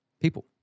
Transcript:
people